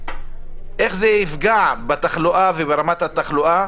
איך זה יפגע בתחלואה וברמת התחלואה